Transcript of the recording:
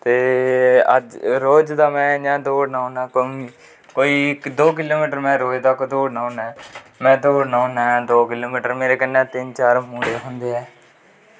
ते रोज़ दा में इयां दौड़नां होंना कोई दो किलो मीटर तक में रोज़ दौड़नां होनां ऐं में दौड़नां होनां ऐं दो किलो मीटर मेरै कन्नै तिन्न चार मुड़े होंदे ऐं